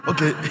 Okay